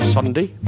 Sunday